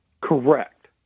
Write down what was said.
Correct